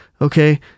okay